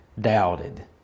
doubted